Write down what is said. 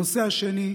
הנושא השני,